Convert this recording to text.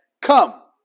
come